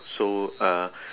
so uh